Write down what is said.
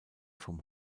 vom